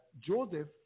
Joseph